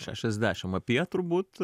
šešiasdešim apie turbūt